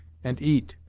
and eat,